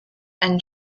and